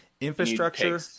Infrastructure